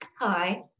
hi